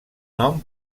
nom